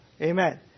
Amen